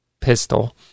pistol